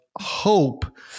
hope